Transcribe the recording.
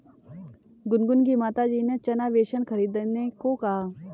गुनगुन की माताजी ने चना बेसन खरीदने को कहा